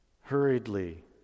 hurriedly